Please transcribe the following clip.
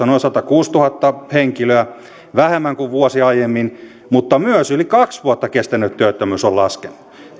noin satakuusituhatta henkilöä vähemmän kuin vuosi aiemmin mutta myös yli kaksi vuotta kestänyt työttömyys on laskenut